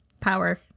power